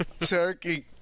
turkey